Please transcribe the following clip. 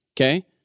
okay